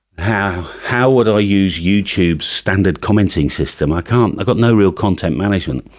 how how would i use youtube standard commenting system? i can't. i've got no real content management.